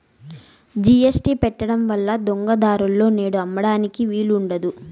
GST పెట్టడం వల్ల దొంగ దారులలో నేడు అమ్మడానికి వీలు ఉండదు